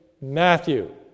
Matthew